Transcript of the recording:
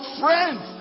friends